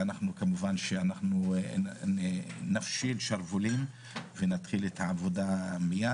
כמובן שאנחנו נפשיל שרוולים ונתחיל את העבודה מיד.